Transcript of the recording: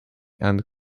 and